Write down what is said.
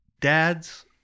dads